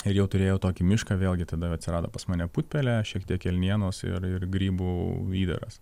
ir jau turėjau tokį mišką vėlgi tada jau atsirado pas mane putpelė šiek tiek elnienos ir ir grybų įdaras